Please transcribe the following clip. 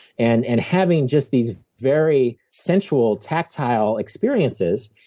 and and having just these very sensual tactile experiences,